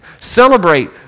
Celebrate